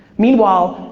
meanwhile,